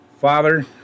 Father